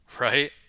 right